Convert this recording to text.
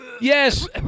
yes